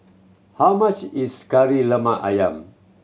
how much is Kari Lemak Ayam